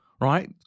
right